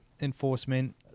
enforcement